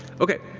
okay,